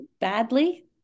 badly